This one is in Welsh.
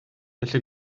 felly